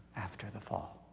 after the fall.